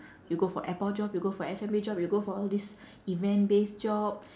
you go for airport job you go for F&B job you go for all these event based job